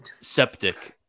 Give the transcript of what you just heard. Septic